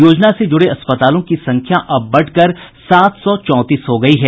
योजना से जुड़े अस्पतालों की संख्या अब बढ़कर सात सौ चौंतीस हो गयी है